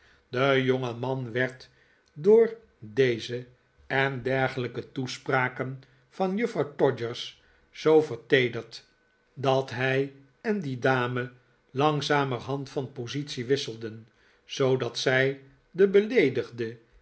de jongeman werd door deze en dergelijke toespraken van juffrouw todgers zoo verteederd dat hij en die dame langzamerhand van positie verwisselden zoodat zij de beleedigde